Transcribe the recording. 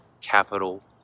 capital